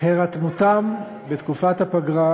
הירתמותם בתקופת הפגרה,